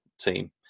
team